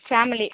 family